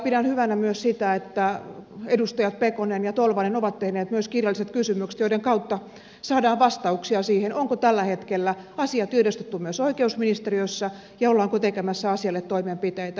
pidän hyvänä myös sitä että edustajat pekonen ja tolvanen ovat tehneet myös kirjalliset kysymykset joiden kautta saadaan vastauksia siihen onko tällä hetkellä asia tiedostettu myös oikeusministeriössä ja ollaanko tekemässä asialle toimenpiteitä